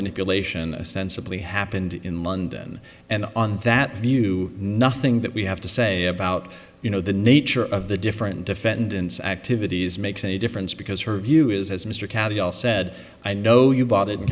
manipulation sensibly happened in london and on that view nothing that we have to say about you know the nature of the different defendants activities makes a difference because her view is as mr cathy all said i know you bought it in